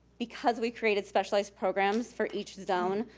because we created specialized programs for each zone,